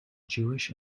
jewish